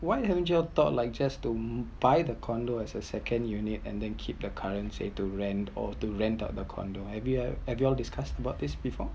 why aren't y'all thought like just to mm buy the condo as a second unit and then keep the current say to rent or to rent out the condo have you ever have you all discussed about this before